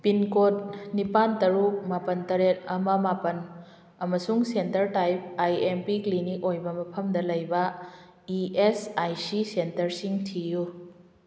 pincode ꯅꯤꯄꯥꯜ ꯇꯔꯨꯛ ꯃꯥꯄꯜ ꯇꯔꯦꯠ ꯑꯃ ꯃꯥꯄꯜ ꯑꯃꯁꯨꯡ centre type I M P clinic ꯑꯣꯏꯕ ꯃꯐꯝꯗ ꯂꯩꯕ ꯏ ꯑꯦꯁ ꯑꯥꯏ ꯁꯤ ꯁꯦꯟꯇꯔꯁꯤꯡ ꯊꯤꯌꯨ